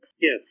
Yes